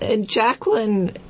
Jacqueline